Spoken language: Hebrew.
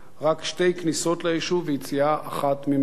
רק שתי כניסות ליישוב ויציאה אחת ממנו,